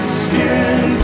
skin